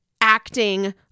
acting